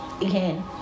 Again